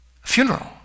funeral